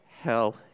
hell